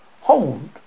hold